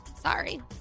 sorry